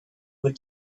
were